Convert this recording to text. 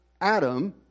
Adam